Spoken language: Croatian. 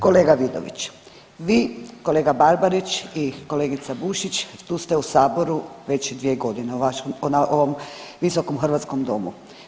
Kolega Vidović, vi, kolega Barbarić i kolegica Bušić tu ste u saboru već 2 godine o vašem, ovom visokom hrvatskom domu.